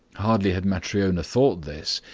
hardly had matryona thought this,